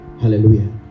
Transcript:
Hallelujah